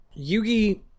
Yugi